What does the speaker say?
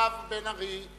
ואחריו חבר הכנסת בן-ארי.